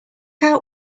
out